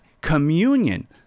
communion